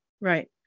right